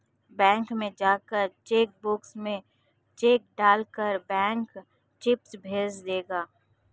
bank में जाकर cheque box में चेक डाल कर बैंक चिप्स पैसे भेज देगा